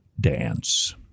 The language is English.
dance